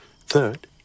Third